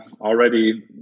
already